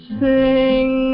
sing